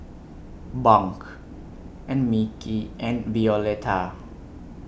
Bunk and Mickey and Violeta